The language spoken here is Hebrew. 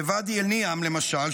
בוואדי א-נעם למשל,